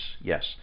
Yes